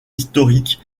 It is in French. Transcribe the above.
historiques